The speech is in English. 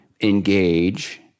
engage